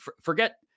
forget